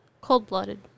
Cold-blooded